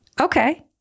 Okay